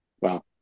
Wow